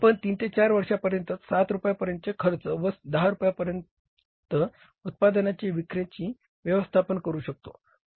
आपण 3 ते 4 वर्षापर्यंतच 7 रुपयांपर्यंतचे खर्च व 10 रुपयांपर्यंत उत्पादनाची विक्रीचे व्यवस्थापन करू शकतो